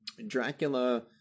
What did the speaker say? Dracula